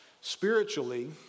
Spiritually